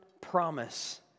promise